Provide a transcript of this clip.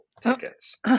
tickets